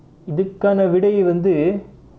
இதுக்கான விடை வந்து:ithukkaana vidai vanthu